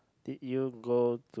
did you go